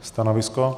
Stanovisko?